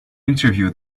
interview